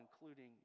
including